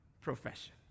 profession